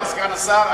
כמו שאמר סגן השר,